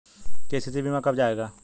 KCC बीमा कब आएगा?